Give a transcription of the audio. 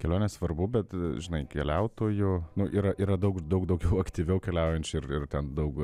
kelionės svarbu bet žinai keliautojų yra yra daug daug daugiau aktyviau keliaujančių ir ir ten daug